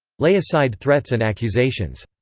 lay aside threats and accusations.